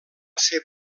ser